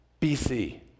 bc